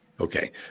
Okay